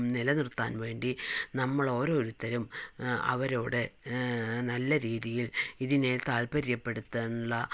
നിലനിർത്താൻ വേണ്ടി നമ്മളോരോരുത്തരും അവരോട് നല്ല രീതിയിൽ ഇതിനെ താത്പര്യപ്പെടുത്താനുള്ള